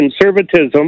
conservatism